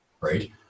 right